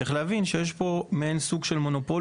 צריך להבין שיש פה מעין סוג של מונופול